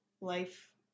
life